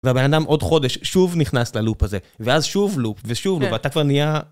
והבן אדם עוד חודש שוב נכנס ללופ הזה. ואז שוב לופ, ושוב לופ, ואתה כבר נהיה...